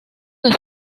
que